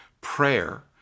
Prayer